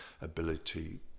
ability